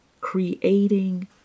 creating